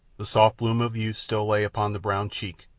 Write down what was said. the soft bloom of youth still lay upon the brown cheek,